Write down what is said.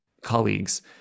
colleagues